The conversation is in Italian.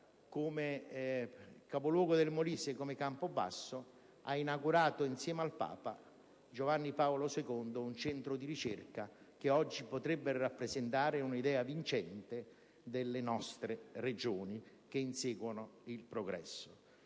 città (capoluogo del Molise), quale è Campobasso, lei ha inaugurato, insieme a Papa Giovanni Paolo II, un centro di ricerca che oggi potrebbe rappresentare un'idea vincente delle nostre Regioni che inseguono il progresso.